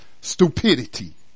stupidity